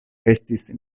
estis